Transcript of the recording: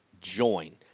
join